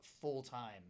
full-time